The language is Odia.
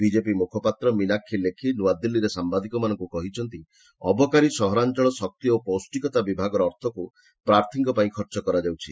ବିକେପି ମୁଖପାତ୍ର ମୀନାକ୍ଷୀ ଲେଖି ନୂଆଦିଲ୍ଲୀରେ ସାମ୍ଭାଦିକମାନଙ୍କୁ କହିଛନ୍ତି ଅବକାରୀ ସହରାଞ୍ଚଳ ଶକ୍ତି ଓ ପୌଷ୍ଟିକତା ବିଭାଗର ଅର୍ଥକୁ ପ୍ରାର୍ଥୀମାନଙ୍କ ପାଇଁ ଖର୍ଚ୍ଚ କରାଯାଉଛି